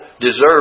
deserve